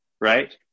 right